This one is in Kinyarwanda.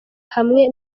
hamwe